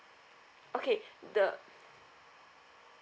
okay the